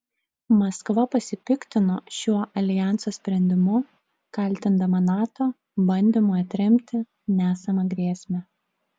maskva pasipiktino šiuo aljanso sprendimu kaltindama nato bandymu atremti nesamą grėsmę